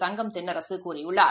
தங்கம் தென்னரசுகூறியுள்ளார்